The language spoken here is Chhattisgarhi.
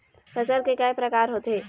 फसल के कय प्रकार होथे?